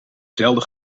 zelden